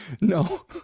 No